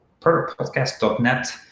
perpodcast.net